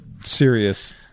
serious